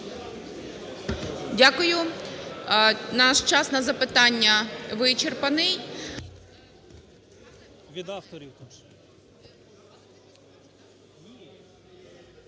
Дякую. Наш час на запитання вичерпаний.